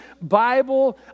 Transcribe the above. Bible